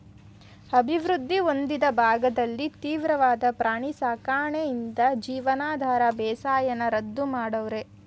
ಅಭಿವೃದ್ಧಿ ಹೊಂದಿದ ಭಾಗದಲ್ಲಿ ತೀವ್ರವಾದ ಪ್ರಾಣಿ ಸಾಕಣೆಯಿಂದ ಜೀವನಾಧಾರ ಬೇಸಾಯನ ರದ್ದು ಮಾಡವ್ರೆ